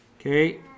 Okay